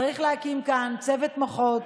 צריך להקים כאן צוות מוחות